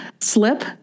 slip